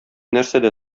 нәрсәдә